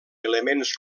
elements